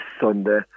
Sunday